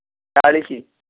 ଚାଳିଶ